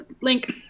link